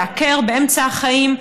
להיעקר באמצע החיים,